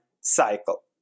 cycle